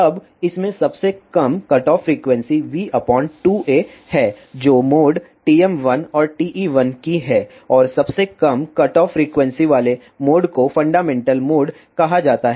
अब इसमें सबसे कम कटऑफ फ्रीक्वेंसी v2a है जो मोड TM1 और TE1 की है और सबसे कम कटऑफ फ्रीक्वेंसी वाले मोड को फंडामेंटल मोड कहा जाता है